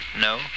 No